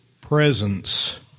presence